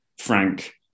Frank